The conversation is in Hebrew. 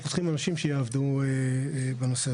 אנחנו צריכים אנשים שיעבדו בנושא הזה.